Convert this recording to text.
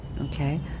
Okay